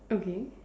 okay